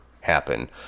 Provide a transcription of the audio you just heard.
happen